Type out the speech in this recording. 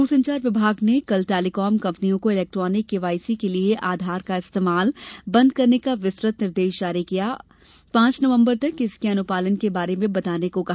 दूरसंचार विभाग ने कल टेलीकॉम कंपनियों को इलेक्ट्रॉनिक के वाई सी के लिए आधार का इस्तेमाल बंद करने का विस्तृत निर्देश जारी किया और पांच नवम्बर तक इसके अनुपालन के बारे में बताने को कहा